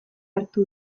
hartu